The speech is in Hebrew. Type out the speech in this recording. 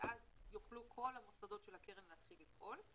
ואז יוכלו כל המוסדות של הקרן להתחיל לפעול.